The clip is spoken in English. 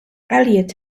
elliott